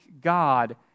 God